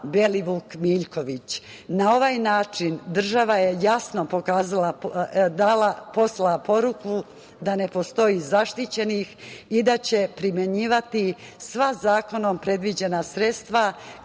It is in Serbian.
Belivuk-Miljković. Na ovaj način država je jasno poslala poruku da ne postoje zaštićeni i da će primenjivati sva zakonom predviđena sredstva